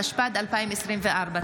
התשפ"ד 2024. תודה